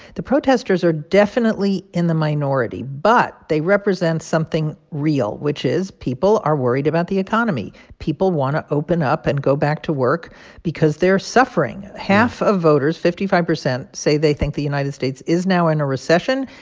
the protesters are definitely in the minority but they represent something real, which is, people are worried about the economy. people want to open up and go back to work because they're suffering. half of voters fifty five percent say they think the united states is now in a recession.